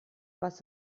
was